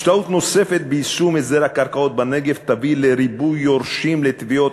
השתהות נוספת ביישום הסדר הקרקעות בנגב תביא לריבוי יורשים לתביעות